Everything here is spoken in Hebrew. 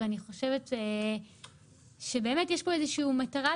ואני חושבת שבאמת יש כאן איזושהי מטרה,